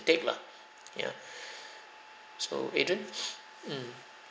take lah ya so adrian mm